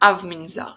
אב מנזר